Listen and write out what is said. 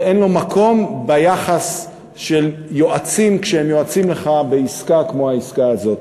ואין לו מקום ביחס של יועצים כשהם יועצים לך בעסקה כמו העסקה הזאת.